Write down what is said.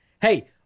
Hey